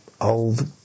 old